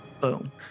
Boom